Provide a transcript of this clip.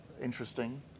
interesting